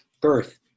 birth